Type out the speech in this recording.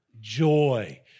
joy